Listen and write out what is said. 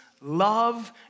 love